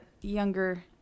younger